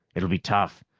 it'll be tough,